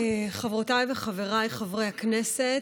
חברותיי וחבריי חברי הכנסת,